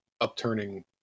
upturning